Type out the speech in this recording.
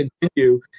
continue